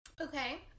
Okay